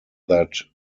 that